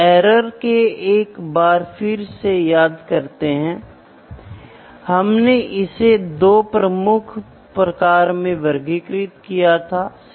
इसलिए यदि आप वापस जाते हैं और देखते हैं तो माप को मेकैनिज्म प्रकार और पावर प्रकार में वर्गीकृत किया जाता है